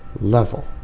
level